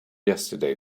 yesterday